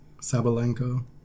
Sabalenko